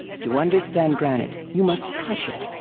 to understand granite, you must touch it,